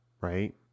Right